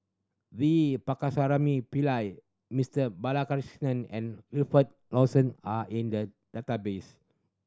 V Pakirisamy Pillai Mister Balakrishnan and Wilfed Lawson are in the database